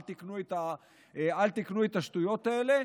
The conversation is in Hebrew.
אל תקנו את השטויות האלה.